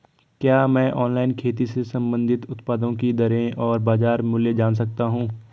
क्या मैं ऑनलाइन खेती से संबंधित उत्पादों की दरें और बाज़ार मूल्य जान सकता हूँ?